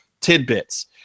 tidbits